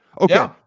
Okay